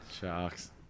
Sharks